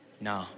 No